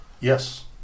Yes